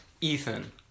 Ethan